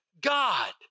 God